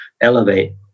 elevate